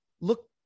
look